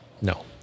No